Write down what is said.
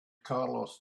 carlos